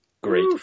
Great